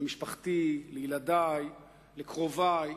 למשפחתי, לילדי, לקרובי,